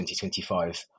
2025